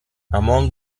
among